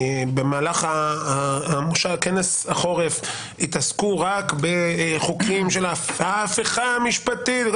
שבמהלך כנס החורף התעסקו רק בחוקים של ההפיכה המשפטית,